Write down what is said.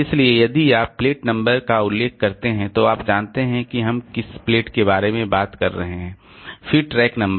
इसलिए यदि आप प्लेट नंबर का उल्लेख करते हैं तो आप जानते हैं कि हम किस प्लेट के बारे में बात कर रहे हैं फिर ट्रैक नंबर